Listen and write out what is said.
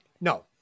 No